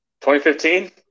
2015